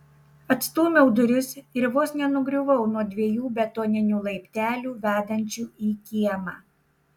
atstūmiau duris ir vos nenugriuvau nuo dviejų betoninių laiptelių vedančių į kiemą